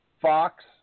Fox